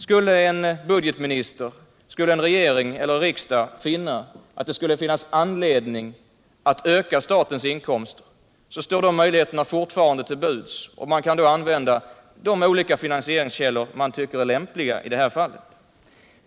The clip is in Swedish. Skulle en budgetminister, en regering eller en riksdag finna att man hade anledning att öka statens inkomster, står möjligheterna härtill fortfarande till buds, och man kan då använda de olika finansieringskällor man tycker är lämpliga i detta fall.